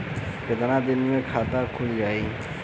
कितना दिन मे खाता खुल जाई?